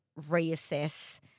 reassess